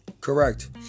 Correct